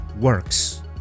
works